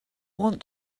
want